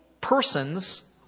persons